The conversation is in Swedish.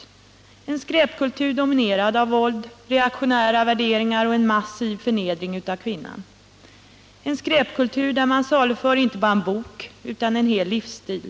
Det är en skräpkultur dominerad av våld, reaktionära värderingar och en massiv förnedring av kvinnan, en skräpkultur där man saluför inte bara en bok utan en hel livsstil.